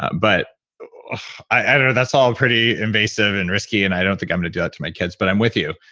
but ah i know that's all pretty invasive and risky and i don't think i'm going to do that to my kids but i'm with you.